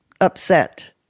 upset